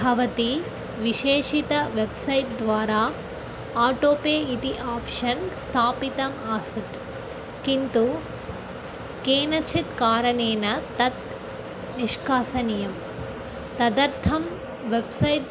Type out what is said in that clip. भवति विशेषित वेब्सैट् द्वारा आटो पे इति आप्शन् स्थापितम् आसीत् किन्तु केनचित् कारणेन तत् निष्कासनीयं तदर्थं वेब्सैट्